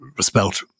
spelt